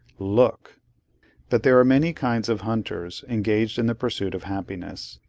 look but there are many kinds of hunters engaged in the pursuit of happiness,